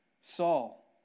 Saul